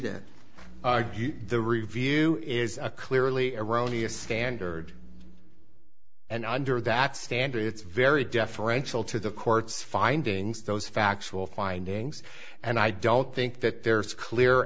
that the review is a clearly erroneous standard and under that standard it's very deferential to the court's findings those factual findings and i don't think that there's a clear